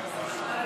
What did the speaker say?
מה עם השמאלנים?